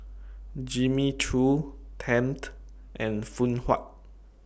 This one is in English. Jimmy Choo Tempt and Phoon Huat